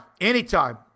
anytime